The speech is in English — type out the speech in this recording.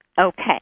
Okay